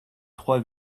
trois